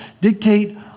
dictate